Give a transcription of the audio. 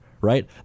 Right